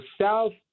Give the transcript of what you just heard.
south